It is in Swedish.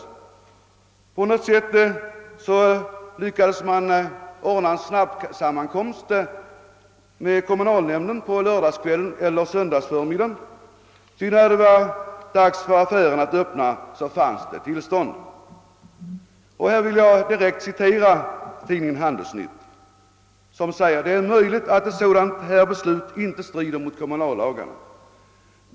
På något sätt lyckades man ordna en snabbsammankomst med kommunalnämnden på lördagskvällen eller söndagsmorgonen, ty när det var dags för affären att öppna så fanns det ett tillstånd. Här vill jag direkt citera tidningen Handelsnytt, som skriver: »Det är möjligt att ett sådant här beslut inte strider mot kommunallagarna.